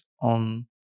on